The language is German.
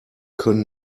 können